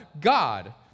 God